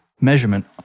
measurement